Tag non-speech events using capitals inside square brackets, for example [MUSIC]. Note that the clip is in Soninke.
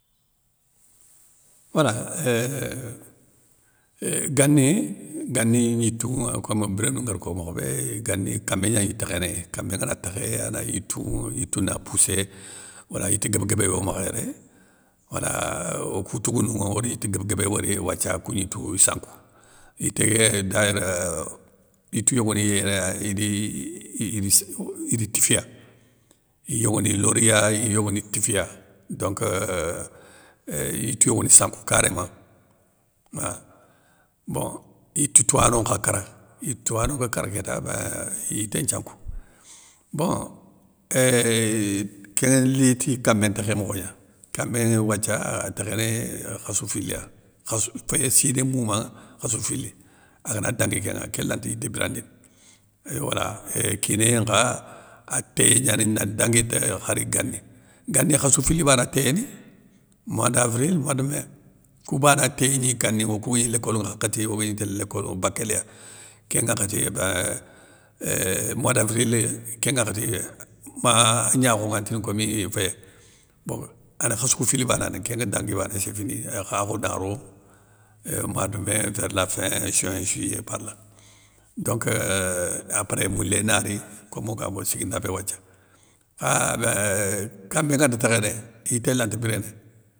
Wala euh [HESITATION] gani gani gnitounŋa kom birénou nguér ko mokhobé gani kamé gnagni tékhéné, kamé ngana tékhé ana yitou, yitou na poussé ona, wala yite guéb guébé yo makha yéré, wala okou tougounŋa or yite guéb guébé wori wathia koun gnitou i sankou, yité ké dayeur, yitou yogoniye yéré ahh idi [HESITATION] idi tifiya, iyogoni loriya, iyogoni tifiya, donc euuuh éée yitou yogoni sankou karéma, ahh. Bon yitou touwano nkha kara, yitou touwano nga kara kéta béin, yité nthiankou. Bon éuuh ké liti kamé ntakhé mokho gna, kamé wathia a tékhéné khassou fili ya khassou féyé siné moumanŋa khassou fili, agana dangui kénŋa kén lanata yité birandini, éywala, ééuh kinéyé nkha a téyé gnani nan ndanguinte khar gani. gani khassou fili bana téyéni, moi davril moi de mai, kou bana téyégni ganiokou gagni lékolounŋa hakhéti, o gagni télé lékolou bakéliya, kén ŋakhati ébein, euuuh moi davril kén ŋakhati ma an gnakho ngan ntini komi féyé bon ana khassou kou fili banane kéngua dangui, bané sé fini, ééee khakhou naro, éuuh moi de mai vers la fin juin juiyé par la. Donc euuh, apré moulé nari, komo ga mossiguinda bé watha, [HESITATION] kha béin kamé nganta tékhéné yité lanta biréné.